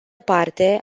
parte